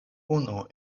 unu